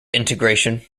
integration